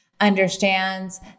understands